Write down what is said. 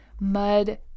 mud